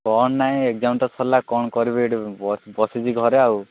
phone ନାଇଁ exam ତ ସରିଲା କ'ଣ କରିବି ଏଇଠି ବସିଛି ଘରେ ଆଉ